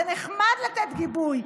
זה נחמד לתת גיבוי.